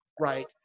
right